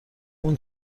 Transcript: اون